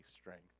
strength